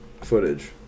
footage